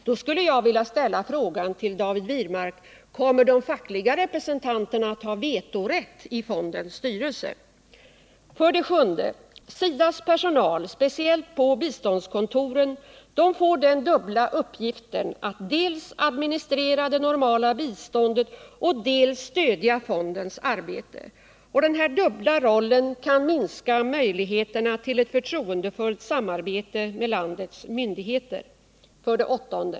Jag vill då till David Wirmark ställa följande fråga: Kommer de fackliga representanterna att ha vetorätt i fondens styrelse? 7. SIDA:s personal, speciellt på biståndskontoren, får den dubbla uppgiften att dels administrera det normala biståndet, dels stödja fondens arbete. Denna dubbla roll kan minska möjligheterna till ett förtroendefullt samarbete med landets myndigheter. 8.